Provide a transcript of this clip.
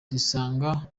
zisanga